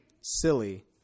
silly